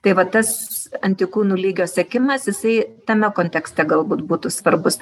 tai va tas antikūnų lygio sekimas jisai tame kontekste galbūt būtų svarbus